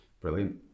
Brilliant